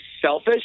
selfish